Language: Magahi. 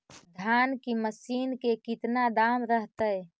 धान की मशीन के कितना दाम रहतय?